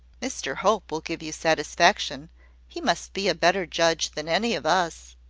mr hope will give you satisfaction he must be a better judge than any of us.